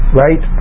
right